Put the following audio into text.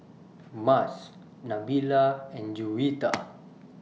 Mas Nabila and Juwita